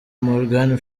morgan